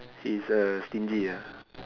he's uh stingy ah